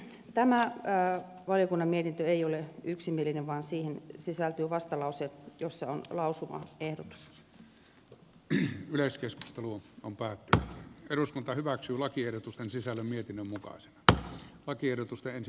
tämä valiokunnan mietintö ei ole yksimielinen vaan siihen sisältyy vastalause jossa on päätti eduskunta hyväksyy lakiehdotusten sisällön mietinnön mukaiset lausumaehdotus